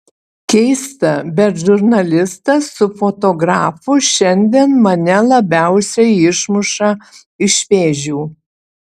keista bet žurnalistas su fotografu šiandien mane labiausiai išmuša iš vėžių